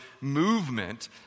movement